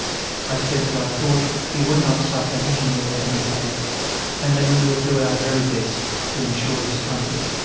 i said that i thought he would not suffer any more than he had and that we we would do our very best to ensure his comfort.